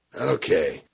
Okay